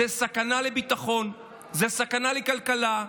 זו סכנה לביטחון, זו סכנה לכלכלה.